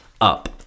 up